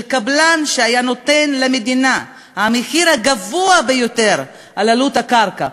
קבלן שהיה נותן למדינה את המחיר הגבוה ביותר על הקרקע,